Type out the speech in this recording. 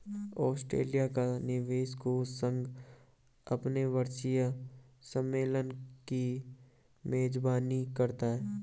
Australia का निवेश कोष संघ अपने वार्षिक सम्मेलन की मेजबानी करता है